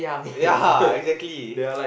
ya exactly